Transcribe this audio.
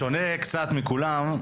בשונה קצת מכולם,